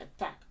attack